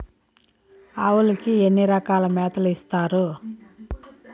ఆవులకి ఎన్ని రకాల మేతలు ఇస్తారు?